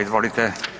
Izvolite.